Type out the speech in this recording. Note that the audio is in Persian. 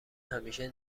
همیشه